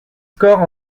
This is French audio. scores